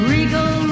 Regal